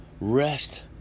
rest